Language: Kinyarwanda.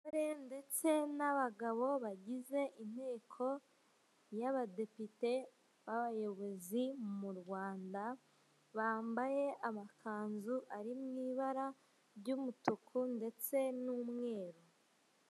Abagore ndetse n'abagabo bagize inteko y'abadepite b'abayobozi mu Rwanda, bambaye amakanzu ari mu ibara ry'umutuku ndetse n'umweru.